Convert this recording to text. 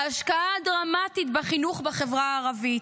ההשקעה הדרמטית בחינוך בחברה הערבית,